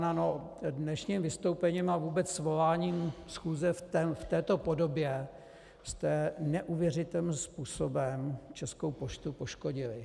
No dnešním vystoupením a vůbec svoláním schůze v této podobě jste neuvěřitelným způsobem Českou poštu poškodili.